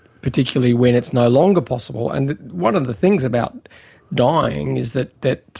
particularly when it's no longer possible. and one of the things about dying is that that